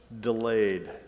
delayed